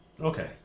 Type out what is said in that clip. okay